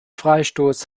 freistoß